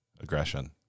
aggression